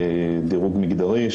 דירוג מגדרי.